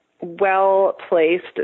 well-placed